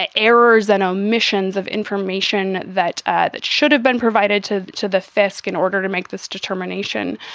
ah errors and omissions of information that ah that should have been provided to to the fisc in order to make this determination.